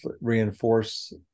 reinforce